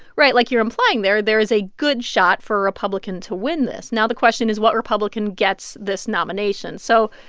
right, like you're implying there, there is a good shot for a republican to win this. now, the question is, what republican gets this nomination? so,